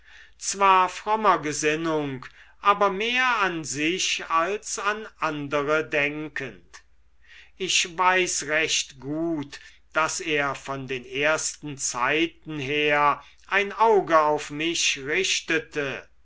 zwar frommer gesinnung aber mehr an sich als an andere denkend ich weiß recht gut daß er von den ersten zeiten her ein auge auf mich richtete